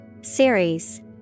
Series